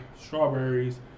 strawberries